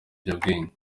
ibiyobyabwenge